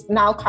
now